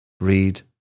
Read